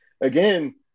again